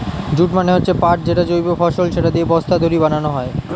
jute মানে হচ্ছে পাট যেটা জৈব ফসল, সেটা দিয়ে বস্তা, দড়ি বানানো হয়